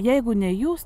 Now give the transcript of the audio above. jeigu ne jūs